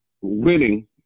winning